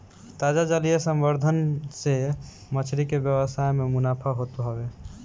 ताजा जलीय संवर्धन से मछरी के व्यवसाय में मुनाफा होत हवे